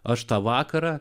aš tą vakarą